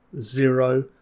zero